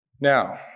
Now